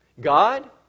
God